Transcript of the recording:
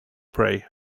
prey